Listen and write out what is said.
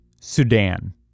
Sudan